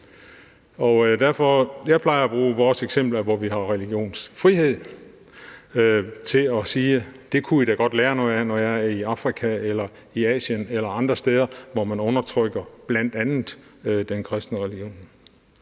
Jeg plejer at bruge vores eksempel, hvor vi har religionsfrihed, til at sige, at det kunne I da godt lære noget af, når jeg er i Afrika eller i Asien eller andre steder, hvor man undertrykker bl.a. den kristne religion.